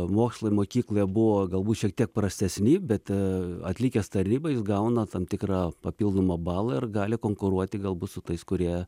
mokslai mokykloje buvo galbūt šiek tiek prastesni bet atlikęs tarnybą jis gauna tam tikrą papildomą balą ir gali konkuruoti galbūt su tais kurie